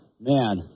Man